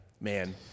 man